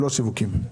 לא שיווקים.